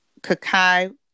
Kakai